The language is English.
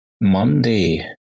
Monday